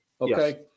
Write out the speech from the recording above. okay